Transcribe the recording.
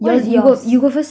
what's yours